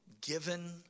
given